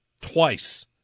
Twice